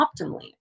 optimally